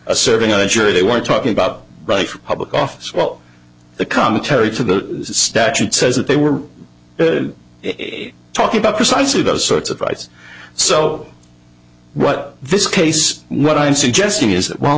serving on a jury they were talking about right for public office well the commentary to the statute says that they were talking about precisely those sorts of fights so what this case w